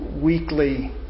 weekly